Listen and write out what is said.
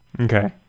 Okay